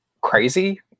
crazy